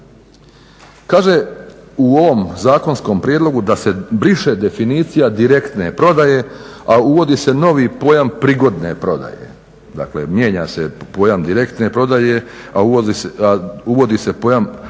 Kaže u ovom zakonskom prijedlogu da se briše definicija direktne prodaje a uvodi se novi pojam prigodne prodaje. Dakle mijenja se pojam direktne prodaje a uvodi se pojam